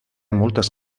moltes